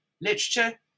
literature